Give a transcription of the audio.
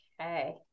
Okay